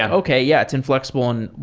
and okay. yeah, it's infl exible. and